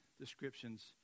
descriptions